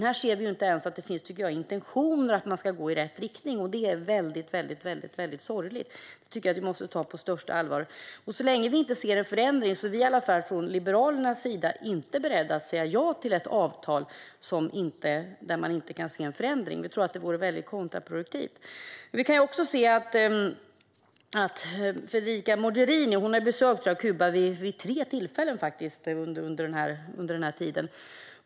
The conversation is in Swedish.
Här ser vi inte ens intentioner att gå i rätt riktning, och det är väldigt sorgligt. Jag tycker att vi måste ta det på största allvar. Så länge vi inte ser någon förändring är åtminstone vi från Liberalernas sida inte beredda att säga ja till ett avtal där man inte kan se en förändring. Vi tror att det vore väldigt kontraproduktivt. Federica Mogherini har besökt Kuba vid tre tillfällen under den här tiden.